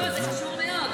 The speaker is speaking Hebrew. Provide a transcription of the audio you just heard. לא, זה קשור מאוד.